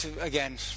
again